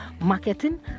marketing